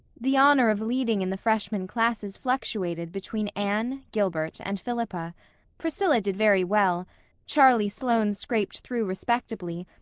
the honor of leading in the freshman classes fluctuated between anne, gilbert and philippa priscilla did very well charlie sloane scraped through respectably,